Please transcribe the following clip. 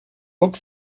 book